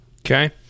Okay